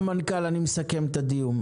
תודה, המנכ"ל, אני מסכם את הדיון.